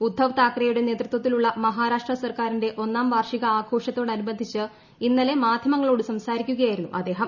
ഉദ്ധവ് താക്കറെയുടെ നേതൃത്വത്തിലുള്ള മഹാരാഷ്ട്ര സർക്കാറിന്റെ ഒന്നാം വാർഷിക ആഘോഷത്തോട് അനുബന്ധിച്ച് ഇന്നലെ മാധ്യമങ്ങളോട് സംസാരിക്കുകയായിരുന്നു അദ്ദേഹം